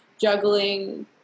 juggling